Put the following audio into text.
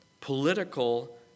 political